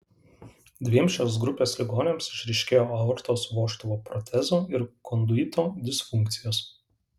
dviem šios grupės ligoniams išryškėjo aortos vožtuvo protezo ir konduito disfunkcijos